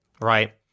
right